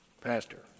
Pastor